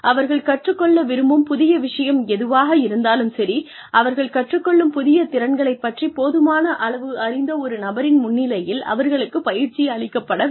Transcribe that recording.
அவர்கள் கற்றுக் கொள்ள விரும்பும் புதிய விஷயம் எதுவாக இருந்தாலும் சரி அவர்கள் கற்றுக் கொள்ளும் புதிய திறன்களை பற்றி போதுமான அளவு அறிந்த ஒரு நபரின் முன்னிலையில் அவர்களுக்கு பயிற்சி அளிக்கப்பட வேண்டும்